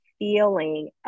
feeling